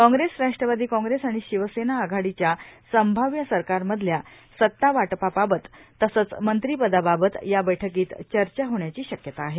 काँप्रेस राट्रवादी काँप्रेस आणि शिवसेना आधाडीच्या संभाव्य सरकारमधल्या सत्ता वाटपावावत तसंच मंत्रीपदांबाबत या बैठकीत चर्चा होण्याची ाक्यता आहे